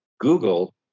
Google